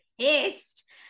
pissed